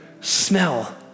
smell